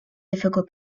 difficult